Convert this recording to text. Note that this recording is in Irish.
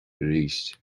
arís